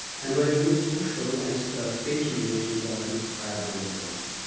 and where new social and spatial relations are inscribed on the ground.